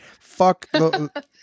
Fuck